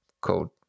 code